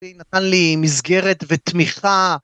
נתן לי מסגרת ותמיכה.